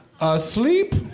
asleep